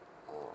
orh